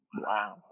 Wow